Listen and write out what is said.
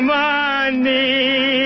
money